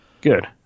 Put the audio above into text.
Good